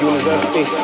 University